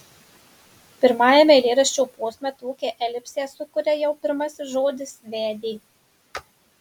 pirmajame eilėraščio posme tokią elipsę sukuria jau pirmasis žodis vedė